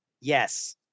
Yes